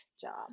job